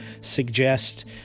suggest